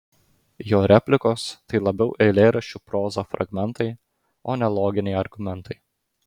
jo replikos tai labiau eilėraščių proza fragmentai o ne loginiai argumentai